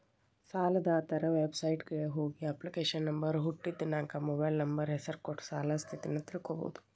ಸಾಲದಾತರ ವೆಬಸೈಟ್ಗ ಹೋಗಿ ಅಪ್ಲಿಕೇಶನ್ ನಂಬರ್ ಹುಟ್ಟಿದ್ ದಿನಾಂಕ ಮೊಬೈಲ್ ನಂಬರ್ ಹೆಸರ ಕೊಟ್ಟ ಸಾಲದ್ ಸ್ಥಿತಿನ ತಿಳ್ಕೋಬೋದು